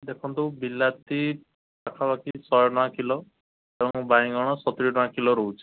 ଦେଖନ୍ତୁ ବିଲାତି ପାଖାପାଖି ଶହେ ଟଙ୍କା କିଲୋ ଏବଂ ବାଇଗଣ ସତୁରି ଟଙ୍କା କିଲୋ ରହୁଛି